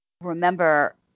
remember